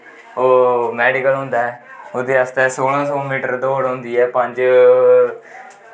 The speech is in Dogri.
ओह् मैडिकल होंदा ऐ ओह्दै आस्तै सोलांह् सौ मीटर दौड़ होंदी ऐ पंज